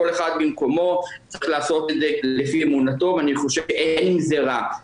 כל אחד במקומו צריך לעשות את זה לפי אמונתו ואני חושב שאין עם זה רע,